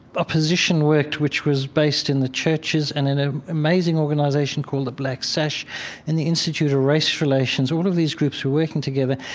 opposition worked, which was based in the churches and in an ah amazing organization called the black sash and the institute of race relations, all of these groups were working together.